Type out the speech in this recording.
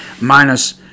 minus